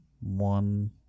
one